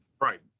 right